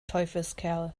teufelskerl